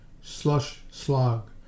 slush-slog